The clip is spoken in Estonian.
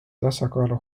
tasakaalu